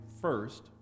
first